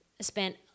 Spent